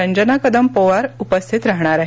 रंजना कदम पोवार उपस्थित राहणार आहेत